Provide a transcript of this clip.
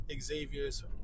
Xavier's